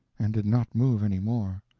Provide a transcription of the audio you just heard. and did not move any more.